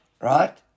Right